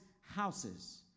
houses